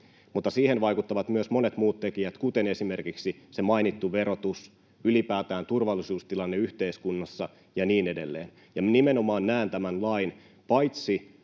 mutta siihen vaikuttavat myös monet muut tekijät, kuten esimerkiksi se mainittu verotus, ylipäätään turvallisuustilanne yhteiskunnassa ja niin edelleen. Ja nimenomaan näen tämän lain paitsi